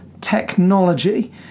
technology